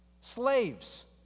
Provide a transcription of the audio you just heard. Slaves